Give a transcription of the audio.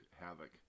Havoc